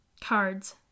Cards